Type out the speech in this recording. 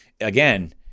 Again